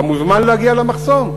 אתה מוזמן להגיע למחסום.